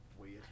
weird